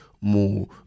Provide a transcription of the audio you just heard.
more